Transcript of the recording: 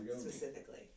specifically